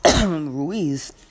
Ruiz